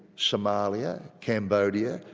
somalia, cambodia,